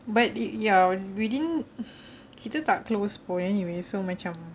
but it ya we didn't kita tak close pun anyways so macam